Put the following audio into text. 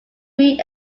read